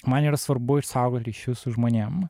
man yra svarbu išsaugot ryšius su žmonėm